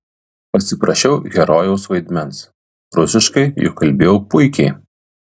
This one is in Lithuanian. pasiprašiau herojaus vaidmens rusiškai juk kalbėjau puikiai